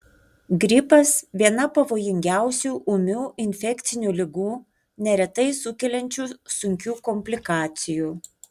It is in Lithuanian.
gripas viena pavojingiausių ūmių infekcinių ligų neretai sukeliančių sunkių komplikacijų